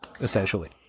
essentially